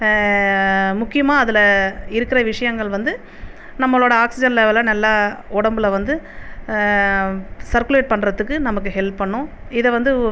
முக்கியமாக அதில் இருக்கிற விஷயங்கள் வந்து நம்மளோட ஆக்சிஜன் லெவலை நல்லா உடம்புல வந்து சர்க்குலேட் பண்ணறதுக்கு நமக்கு ஹெல்ப் பண்ணும் இதை வந்து